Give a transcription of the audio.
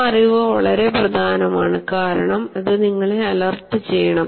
ആ അറിവ് വളരെ പ്രധാനമാണ് കാരണം അത് നിങ്ങളെ അലേർട്ട് ചെയ്യണം